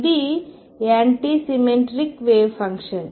ఇది anti symmetric wave function